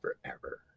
forever